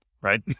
right